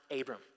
Abram